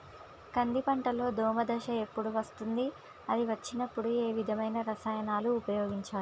కంది పంటలో దోమ దశ ఎప్పుడు వస్తుంది అది వచ్చినప్పుడు ఏ విధమైన రసాయనాలు ఉపయోగించాలి?